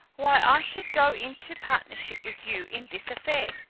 why i should go into partnership with you in this affair.